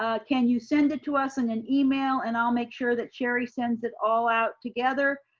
ah can you send it to us in an email and i'll make sure that sherri sends it all out together.